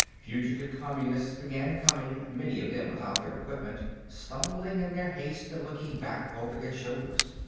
fugitive communists began coming, many of them without their equipment, stumbling in their haste and looking back over their shoulders.